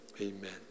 Amen